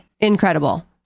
incredible